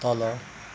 तल